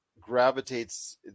gravitates